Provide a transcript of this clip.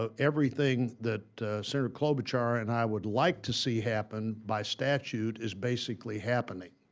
ah everything that senator klobuchar and i would like to see happen by statute is basically happening.